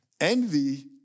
Envy